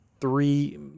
three